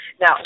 Now